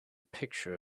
picture